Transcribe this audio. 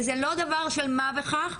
וזה לא דבר של מה בכך.